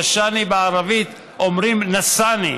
"נשׁני" בערבית אומרים "נשׂני"